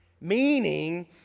Meaning